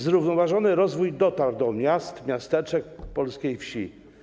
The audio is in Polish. Zrównoważony rozwój dotarł do miast, miasteczek, polskiej wsi.